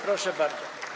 Proszę bardzo.